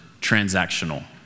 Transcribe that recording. transactional